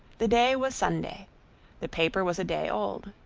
the day was sunday the paper was a day old.